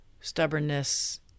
Stubbornness